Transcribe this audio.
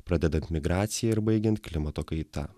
pradedant migracija ir baigiant klimato kaita